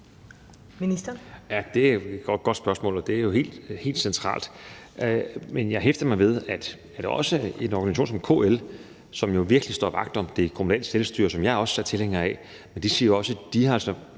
Heunicke): Ja, det er et godt spørgsmål, og det er helt centralt. Men jeg hæfter mig jo ved, at også en organisation som KL, som virkelig står vagt om det kommunale selvstyre, som jeg også er tilhænger af, siger, at de har behov